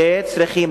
שצריכים